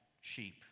sheep